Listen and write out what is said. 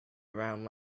around